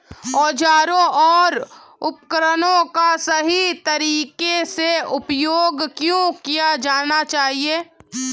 औजारों और उपकरणों का सही तरीके से उपयोग क्यों किया जाना चाहिए?